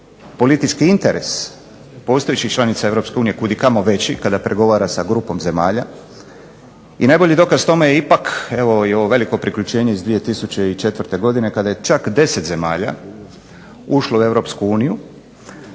politički interes postojećih članica EU kud i kamo već kada pregovara s grupom zemalja i najbolji dokaz tome je ipak i ovo veliko priključenje iz 2004. godine kada je čak 10 zemalja ušlo u EU.